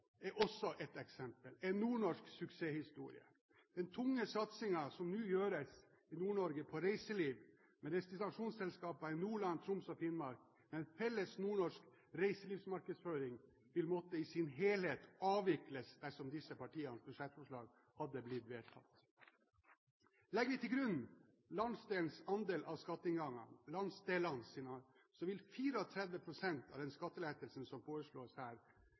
er også et eksempel – en nordnorsk suksesshistorie. Den tunge satsingen som nå gjøres i Nord-Norge på reiseliv, med destinasjonsselskaper i Nordland, Troms og Finnmark og en felles nordnorsk reiselivsmarkedsføring, vil i sin helhet måtte avvikles dersom disse partienes budsjettforslag hadde blitt vedtatt. Legger vi til grunn landsdelenes andel av skatteinngangen, vil 34 pst. av den skattelettelsen som foreslås her,